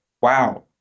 wow